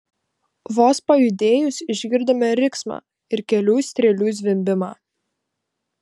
vos pajudėjus išgirdome riksmą ir kelių strėlių zvimbimą